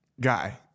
guy